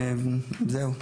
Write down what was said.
זהו.